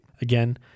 Again